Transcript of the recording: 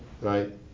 right